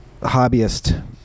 hobbyist